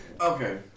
Okay